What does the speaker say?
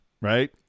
right